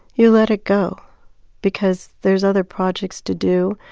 you let it go because there's other projects to do.